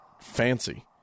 fancy